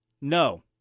No